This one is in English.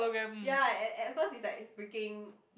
ya at at first it's like freaking